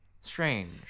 strange